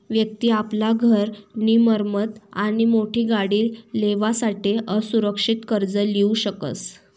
व्यक्ति आपला घर नी मरम्मत आणि मोठी गाडी लेवासाठे असुरक्षित कर्ज लीऊ शकस